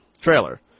trailer